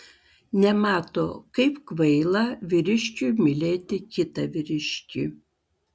nemato kaip kvaila vyriškiui mylėti kitą vyriškį